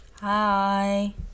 Hi